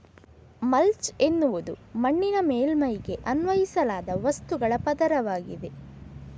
mulch ಎನ್ನುವುದು ಮಣ್ಣಿನ ಮೇಲ್ಮೈಗೆ ಅನ್ವಯಿಸಲಾದ ವಸ್ತುಗಳ ಪದರವಾಗಿದೆ